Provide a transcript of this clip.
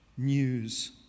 news